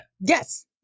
Yes